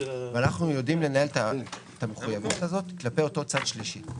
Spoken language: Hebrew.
ואנחנו יודעים לנהל את המחויבות הזאת כלפי אותו צד שלישי.